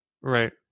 right